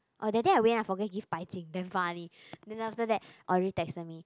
oh that day I went I forget give 白金 damn funny then after that Audrey texted me